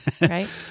Right